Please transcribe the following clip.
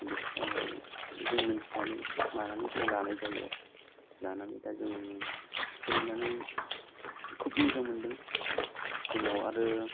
बे खिथानायाव जों मिन्थिनानै मानानै जों लानाय जायो लानानै दा जों सोलिनानै खुब मोजां मोनदों जोंनाव आरो